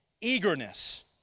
Eagerness